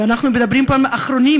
ואנחנו מדברים פה על האחרונים,